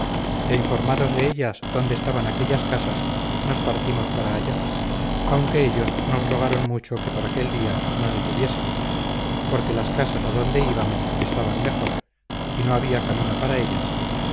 e informados de ellas dónde estaban aquellas casas nos partimos para allá aunque ellos nos rogaron mucho que por aquel día nos detuviésemos porque las casas adonde íbamos estaban lejos y no había camino para ellas